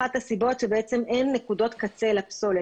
אחת הסיבות היא שאין נקודות קצה לפסולת